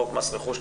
חוק מס רכוש,